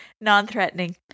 non-threatening